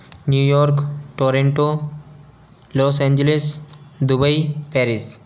New York Toronto Los Angeles Dubai Paris